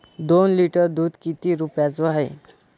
दोन लिटर दुध किती रुप्याचं हाये?